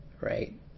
Right